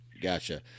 Gotcha